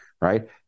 right